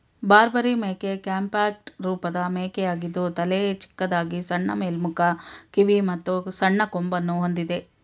ಬಾರ್ಬರಿ ಮೇಕೆ ಕಾಂಪ್ಯಾಕ್ಟ್ ರೂಪದ ಮೇಕೆಯಾಗಿದ್ದು ತಲೆ ಚಿಕ್ಕದಾಗಿ ಸಣ್ಣ ಮೇಲ್ಮುಖ ಕಿವಿ ಮತ್ತು ಸಣ್ಣ ಕೊಂಬನ್ನು ಹೊಂದಿದೆ